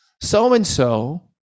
so-and-so